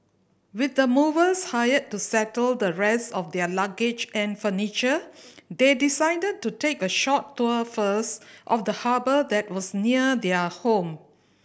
with the movers hired to settle the rest of their luggage and furniture they decided to take a short tour first of the harbour that was near their home